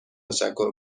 تشکر